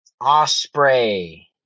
osprey